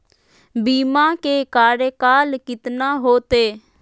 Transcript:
बीमा के कार्यकाल कितना होते?